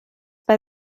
bei